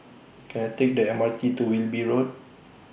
Can I Take The M R T to Wilby Road